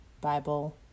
Bible